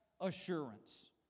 assurance